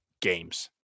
games